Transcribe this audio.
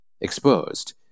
exposed